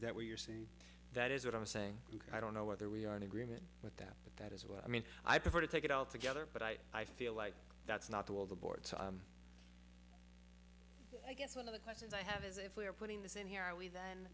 is that where you're seeing that is what i'm saying i don't know whether we are in agreement with that but that is what i mean i prefer to take it all together but i i feel like that's not to all the board so i guess one of the questions i have is if we're putting this in here are we then